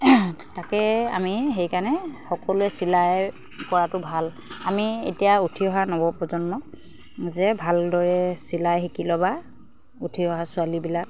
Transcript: তাকে আমি সেইকাৰণে সকলোৱে চিলাই কৰাটো ভাল আমি এতিয়া উঠি অহা নৱ প্ৰ্ৰজন্মক যে ভালদৰে চিলাই শিকি ল'বা উঠি অহা ছোৱালীবিলাক